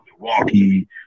Milwaukee